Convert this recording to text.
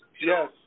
Yes